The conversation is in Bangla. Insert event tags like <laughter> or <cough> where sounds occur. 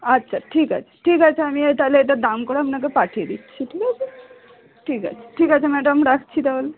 আচ্ছা ঠিক আছে ঠিক আছে আমি <unintelligible> তাহলে এটার দাম করে আপনাকে পাঠিয়ে দিচ্ছি ঠিক আছে ঠিক আছে ঠিক আছে ম্যাডাম রাখছি তাহলে